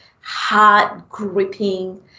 heart-gripping